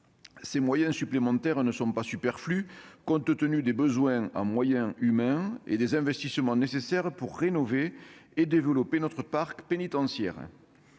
Ces moyens supplémentaires ne sont pas superflus, compte tenu des besoins en moyens humains et des investissements nécessaires pour rénover et développer notre parc pénitentiaire.